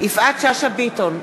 יפעת שאשא ביטון,